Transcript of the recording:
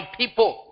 people